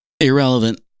Irrelevant